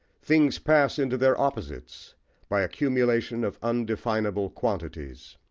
things pass into their opposites by accumulation of undefinable quantities.